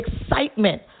excitement